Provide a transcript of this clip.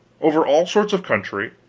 over all sorts of country,